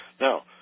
Now